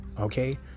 okay